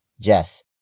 Jess